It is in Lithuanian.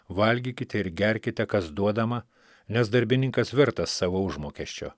valgykite ir gerkite kas duodama nes darbininkas vertas savo užmokesčio